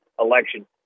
election